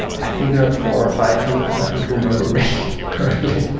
i think there are four or five, um i don't remember really correctly.